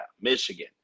Michigan